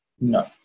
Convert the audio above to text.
no